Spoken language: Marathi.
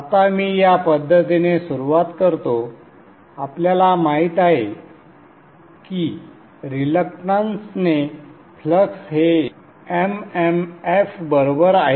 आता मी या पद्धतीने सुरुवात करतो आपल्याला माहित आहे की रिलक्टंसने फ्लक्स हे MMF बरोबर आहे